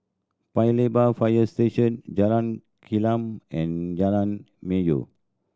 Paya Lebar Fire Station Jalan Gelam and Jalan Melor